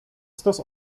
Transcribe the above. stos